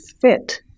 fit